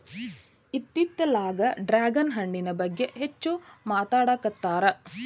ಇತ್ತಿತ್ತಲಾಗ ಡ್ರ್ಯಾಗನ್ ಹಣ್ಣಿನ ಬಗ್ಗೆ ಹೆಚ್ಚು ಮಾತಾಡಾಕತ್ತಾರ